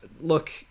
look